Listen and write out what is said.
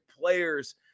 players